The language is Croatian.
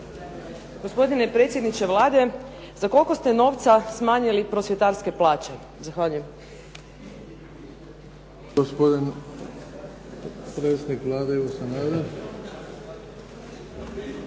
Gospodine predsjedniče Vlade, za koliko ste novca smanjili prosvjetarske plaće? Zahvaljujem.